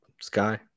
Sky